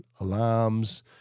alarms